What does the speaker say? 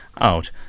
out